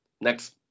next